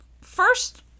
first